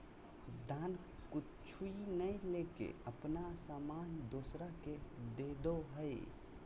दान कुछु नय लेके अपन सामान दोसरा के देदो हइ